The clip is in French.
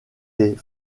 des